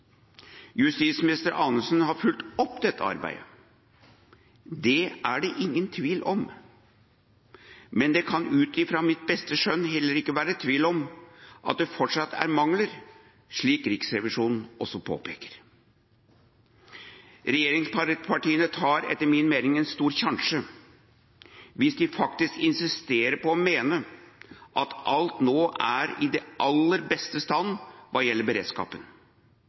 Justisminister Anundsen har fulgt opp dette arbeidet, det er det ingen tvil om, men det kan, ut fra mitt beste skjønn, heller ikke være tvil om at det fortsatt er mangler, slik Riksrevisjonen også påpeker. Regjeringspartiene tar etter min mening en stor sjanse hvis de faktisk insisterer på å mene at alt nå er i den aller beste stand hva gjelder beredskapen,